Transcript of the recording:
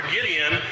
Gideon